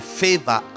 favor